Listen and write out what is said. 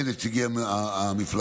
הן נציגי המפלגות,